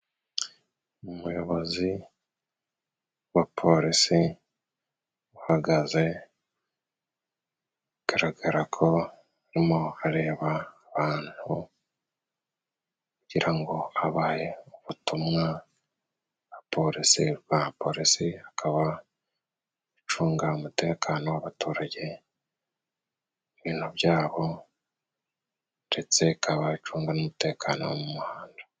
Umuyobozi wa polisi uhagaze bigaragara ko arimo areba abantu kugira ngo abahe ubutumwa na polisi, ba polisi akaba bacunga umutekano w'abaturage, ibintu byabo ndetse ikaba icunga n'umutekano wo mu umuhanda.